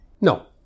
No